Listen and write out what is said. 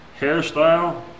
hairstyle